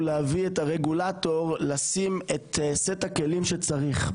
להביא את הרגולטור לשים את סט הכלים שצריך.